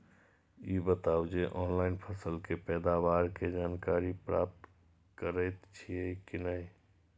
ई बताउ जे ऑनलाइन फसल के पैदावार के जानकारी प्राप्त करेत छिए की नेय?